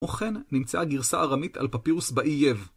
וכן נמצאה גרסה ארמית על פפירוס באי יב.